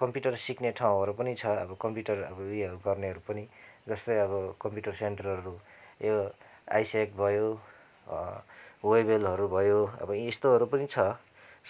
computer सिक्ने ठाउँहरू पनि छ अब कम्प्युटर अब उयो गर्नेहरू पनि जस्तै अब कम्प्युटर सेन्टरहरू यो आइसेक्ट भयो वेबलहरू भयो अब यस्तोहरू पनि छ